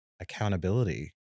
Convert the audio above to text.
Accountability